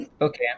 Okay